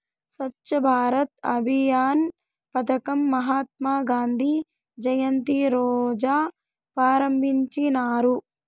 స్వచ్ఛ భారత్ అభియాన్ పదకం మహాత్మా గాంధీ జయంతి రోజా ప్రారంభించినారు